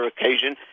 occasion